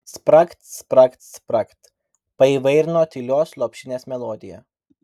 spragt spragt spragt paįvairino tylios lopšinės melodiją